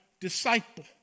disciple